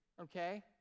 okay